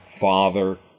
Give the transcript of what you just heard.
Father